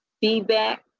feedback